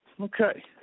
okay